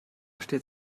steht